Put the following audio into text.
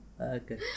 Okay